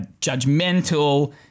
judgmental